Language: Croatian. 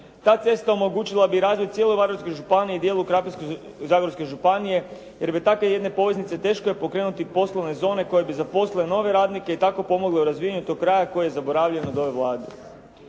Ta cesta omogućila bi razvoj cijeloj Varaždinskoj županiji i dijelu Krapinsko-zagorske županije jer bez takve jedne poveznice teško je pokrenuti poslovne zone koje bi zaposlile nove radnike i tako pomogle razvijanju tog kraja koje je zaboravljen od ove Vlade.